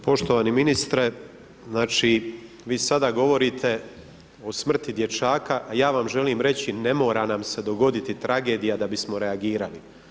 Poštovani ministre, znači vi sada govorite o smrti dječaka, a ja vam želim reći ne mora nam se dogoditi tragedija da bismo reagirali.